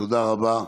תודה רבה.